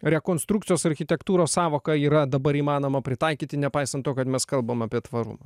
rekonstrukcijos architektūros sąvoka yra dabar įmanoma pritaikyti nepaisant to kad mes kalbam apie tvarumą